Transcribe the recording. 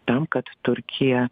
tam kad turkija